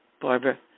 Barbara